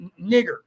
nigger